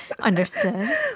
Understood